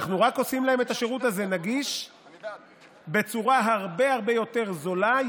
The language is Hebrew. אנחנו רק עושים להם את השירות הזה נגיש בצורה הרבה הרבה יותר זולה,